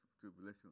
tribulation